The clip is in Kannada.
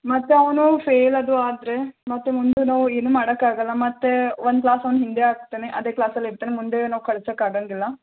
ಮತ್ತು ಅವನು ಫೇಲ್ ಅದು ಆದರೆ ಮತ್ತು ಮುಂದೂ ಏನೂ ಮಾಡೋಕ್ಕಾಗಲ್ಲ ಮತ್ತು ಒಂದು ಕ್ಲಾಸ್ ಅವನು ಹಿಂದೆ ಆಗ್ತಾನೆ ಅದೇ ಕ್ಲಾಸಲ್ಲಿರ್ತಾನೆ ಮುಂದೆ ನಾವು ಕಳಿಸಕ್ಕಾಗಂಗಿಲ್ಲ